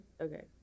okay